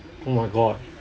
oh my god